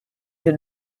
the